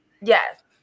Yes